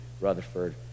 Rutherford